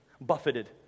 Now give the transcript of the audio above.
Buffeted